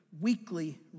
weekly